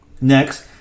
Next